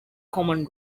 common